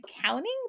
counting